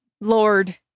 lord